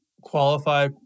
Qualify